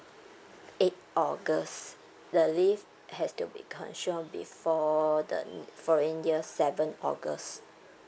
eight august the leave has to be consumed before the um foreign year seven august